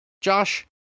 Josh